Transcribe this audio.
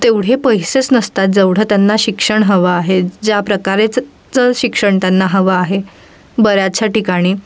तेवढे पैसेच नसतात जेवढं त्यांना शिक्षण हवं आहे ज्या प्रकारचं चं शिक्षण त्यांना हवं आहे बऱ्याचशा ठिकाणी